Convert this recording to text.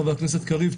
חבר הכנסת קריב,